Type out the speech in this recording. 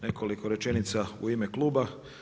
Nekoliko rečenica u ime kluba.